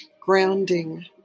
grounding